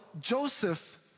Joseph